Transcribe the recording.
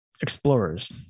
explorers